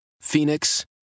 Phoenix